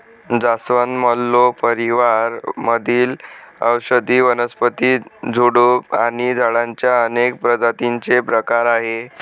जास्वंद, मल्लो परिवार मधील औषधी वनस्पती, झुडूप आणि झाडांच्या अनेक प्रजातींचे प्रकार आहे